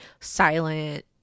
silent